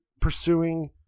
pursuing